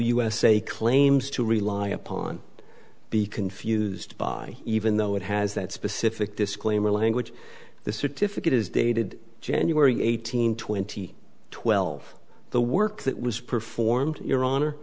usa claims to rely upon to be confused by even though it has that specific disclaimer language the certificate is dated january eighteenth twenty twelve the work that was performed your honor